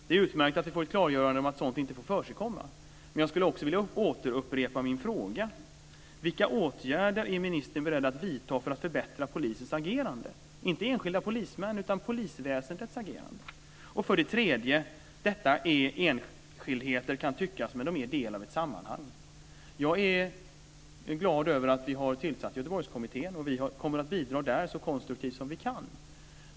Det är utmärkt att vi får ett klargörande om att sådant inte får förekomma. Men jag skulle också vilja återupprepa min fråga: Vilka åtgärder är ministern beredd att vidta för att förbättra polisens agerande? Jag menar då inte enskilda polismäns, utan polisväsendets agerande. Jag kommer nu till min tredje punkt. Detta kan tyckas vara enskildheter, men de är en del av ett sammanhang. Jag är glad för att man har tillsatt Göteborgskommittén. Vi kommer att bidra där så konstruktivt som vi kan.